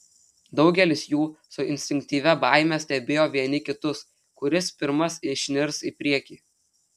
daugelis jų su instinktyvia baime stebėjo vieni kitus kuris pirmas išnirs į priekį